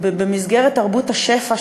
במסגרת תרבות השפע,